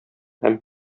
һәм